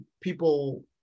people